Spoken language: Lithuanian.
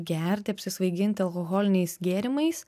gerti apsisvaiginti alkoholiniais gėrimais